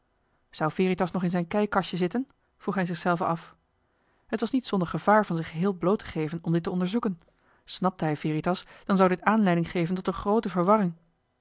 veritas nog in zijn kijkkastje zitten vroeg hij zichzelven af het was niet zonder gevaar van zich geheel bloot te geven om dit te onderzoeken snapte hij veritas dan zou dit aanleiding geven tot een groote verwarring